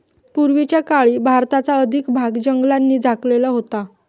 पूर्वीच्या काळी भारताचा अधिक भाग जंगलांनी झाकलेला होता